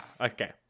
okay